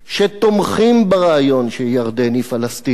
שתומכים ברעיון של ירדן היא פלסטין,